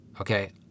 okay